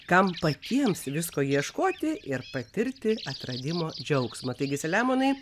kam patiems visko ieškoti ir patirt atradimo džiaugsmą taigi selemonai